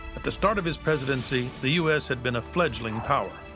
at the start of his presidency, the u s. had been a fledgling power.